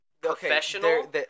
professional